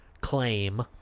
claim